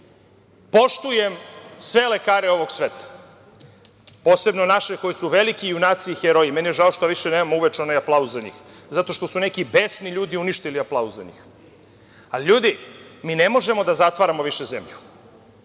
ojačamo. Poštujem sve lekare ovog sveta, posebno naše koji su veliki junači i heroji i meni je žao što više nemamo uveče onaj aplauz za njih zato što su neki besni ljudi uništili aplauz za njih. Ljudi, mi ne možemo da zatvaramo više zemlju.